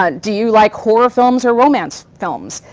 ah do you like horror films or romance films?